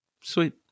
Sweet